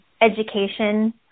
education